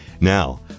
Now